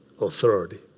authority